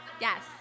yes